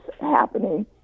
happening